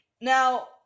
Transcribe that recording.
Now